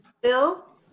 Bill